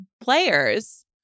players